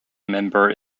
member